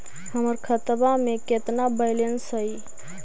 हमर खतबा में केतना बैलेंस हई?